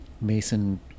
Mason